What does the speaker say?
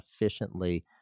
efficiently